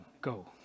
Go